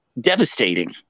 devastating